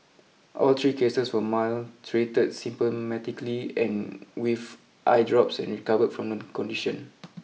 all three cases were mild treated symptomatically and with eye drops and recovered from the condition